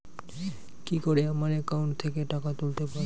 কি করে আমার একাউন্ট থেকে টাকা তুলতে পারব?